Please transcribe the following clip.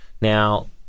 now